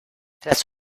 tras